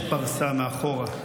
כן, יש פרסה מאחור.